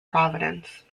providence